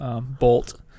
bolt